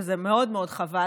וזה מאוד מאוד חבל,